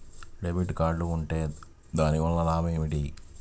Debit card ఉంటే దాని వలన లాభం ఏమిటీ?